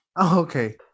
Okay